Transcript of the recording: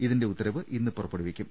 ഇതിന്റെ ഉത്തരവ് ഇന്ന് പുറപ്പെടുവി ക്കും